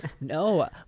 No